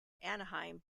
anaheim